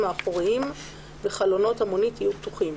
האחוריים וחלונות המונית יהיו פתוחים.